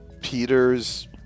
Peter's